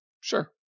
Sure